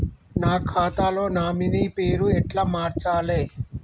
నా ఖాతా లో నామినీ పేరు ఎట్ల మార్చాలే?